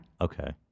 Okay